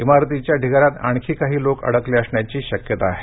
इमारतीच्या ढिगाऱ्यात आणखी लोक अडकले असण्याची शक्यता आहे